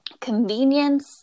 convenience